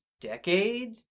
decade